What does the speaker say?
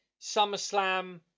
SummerSlam